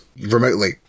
remotely